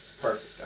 Perfect